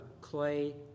clay